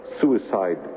Suicide